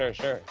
ah sure,